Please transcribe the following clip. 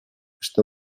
что